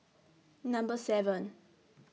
Number seven